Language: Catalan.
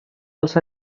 els